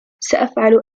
سأفعل